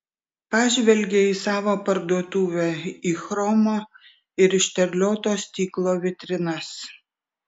pažvelgė į savo parduotuvę į chromo ir išterlioto stiklo vitrinas